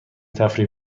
تفریح